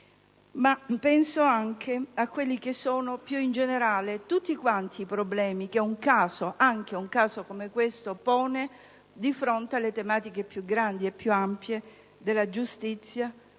e anche a quelli che sono, più in generale, tutti i problemi che anche un caso come questo pone di fronte alle tematiche più grandi e ampie delle giustizia,